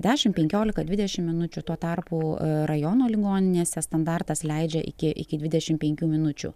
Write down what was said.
dešim penkiolika dvidešim minučių tuo tarpu rajono ligoninėse standartas leidžia iki iki dvidešim penkių minučių